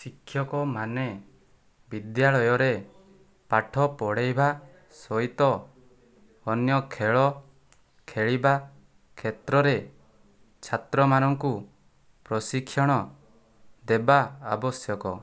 ଶିକ୍ଷକମାନେ ବିଦ୍ୟାଳୟରେ ପାଠ ପଢ଼େଇବା ସହିତ ଅନ୍ୟ ଖେଳ ଖେଳିବା କ୍ଷେତ୍ରରେ ଛାତ୍ରମାନଙ୍କୁ ପ୍ରଶିକ୍ଷଣ ଦେବା ଆବଶ୍ୟକ